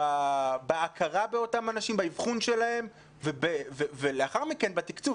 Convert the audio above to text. בהכרה באותם אנשים, באבחון שלהם ולאחר מכן בתקצוב.